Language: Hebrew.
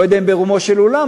אני לא יודע אם ברומו של עולם,